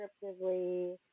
descriptively